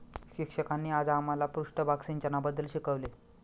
शिक्षकांनी आज आम्हाला पृष्ठभाग सिंचनाबद्दल शिकवले